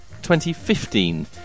2015